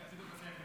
במקומו.